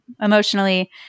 emotionally